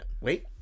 Wait